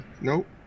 nope